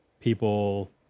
people